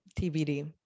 TBD